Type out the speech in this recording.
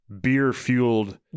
beer-fueled